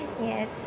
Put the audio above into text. Yes